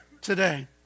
today